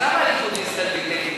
אז למה הליכוד עם ישראל ביתנו?